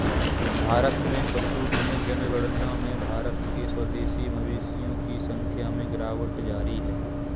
भारत में पशुधन जनगणना में भारत के स्वदेशी मवेशियों की संख्या में गिरावट जारी है